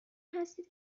هستید